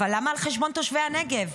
אבל למה על חשבון תושבי הנגב?